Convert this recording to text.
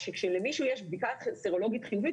שכאשר למישהו יש בדיקה סרולוגית חיובית,